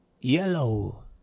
Yellow